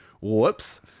Whoops